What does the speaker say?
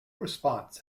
response